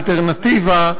אלטרנטיבה,